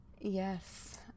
Yes